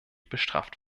bestraft